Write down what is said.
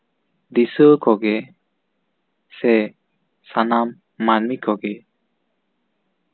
ᱫᱤᱥᱩᱣᱟᱹ ᱠᱚᱜᱮ ᱥᱮ ᱥᱟᱱᱟᱢ ᱢᱟᱹᱱᱢᱤ ᱠᱚᱜᱮ